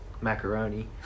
Macaroni